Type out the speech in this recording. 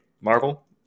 Marvel